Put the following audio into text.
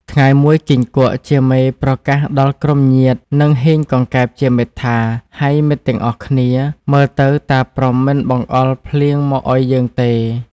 ថ្ងៃមួយគីង្គក់ ជាមេប្រកាសដល់ក្រុមញាតិ និងហ៊ីងកង្កែបជាមិត្តថា “ ហៃមិត្តទាំងអស់គ្នា! មើលទៅតាព្រហ្មមិនបង្អុរភ្លៀងមកឱ្យយើងទេ។